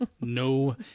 No